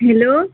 hello